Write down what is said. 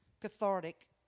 cathartic